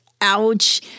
ouch